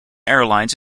airlines